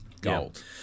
gold